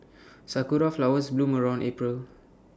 Sakura Flowers bloom around April